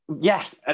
Yes